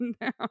now